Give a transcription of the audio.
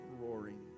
roaring